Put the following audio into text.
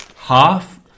Half